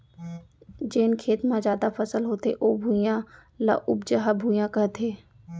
जेन खेत म जादा फसल होथे ओ भुइयां, ल उपजहा भुइयां कथें